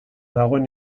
dagoen